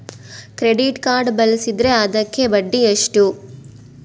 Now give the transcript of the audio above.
Credit card ಬಳಸಿದ್ರೇ ಅದಕ್ಕ ಬಡ್ಡಿ ಎಷ್ಟು?